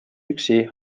üksi